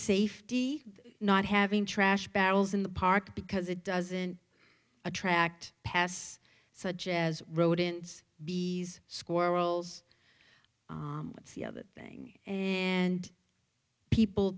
safety not having trash barrels in the park because it doesn't attract pass such as rodents be squirrels it's the other thing and people